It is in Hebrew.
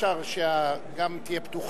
אי-אפשר שגם תהיה פתוחה.